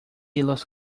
los